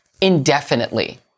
indefinitely